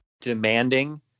demanding